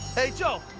hey, joe,